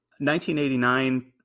1989